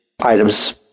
items